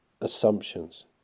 assumptions